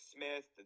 Smith